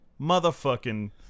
motherfucking